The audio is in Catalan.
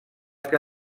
que